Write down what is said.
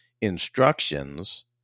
instructions